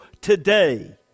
today